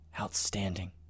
outstanding